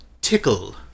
tickle